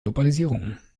globalisierung